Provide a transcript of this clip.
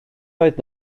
oedd